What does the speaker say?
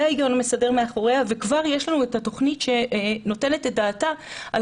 זה ההיגיון המסדר מאחוריה וכבר יש לנו את התוכנית שנותנת את דעתה על